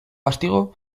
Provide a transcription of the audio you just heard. castigo